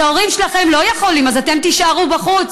ההורים שלכם לא יכולים, אז אתם תישארו בחוץ.